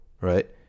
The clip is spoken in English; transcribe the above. right